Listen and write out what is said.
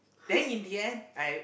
then in the end I